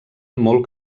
molt